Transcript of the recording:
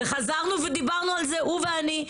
וחזרנו ודיברנו על זה הוא ואני,